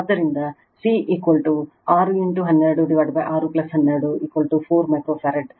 ಆದ್ದರಿಂದC 6 126 12 4 microfarad